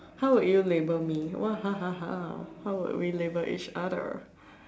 how would you label me what how would we label each other